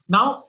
Now